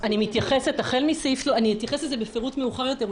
אני אתייחס לזה בפירוט מאוחר יותר,